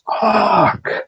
fuck